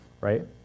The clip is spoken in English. right